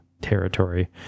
territory